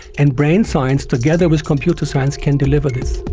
and brain science, together with computer science, can deliver this.